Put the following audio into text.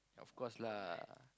of course lah